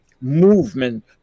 movement